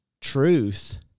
truth